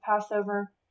Passover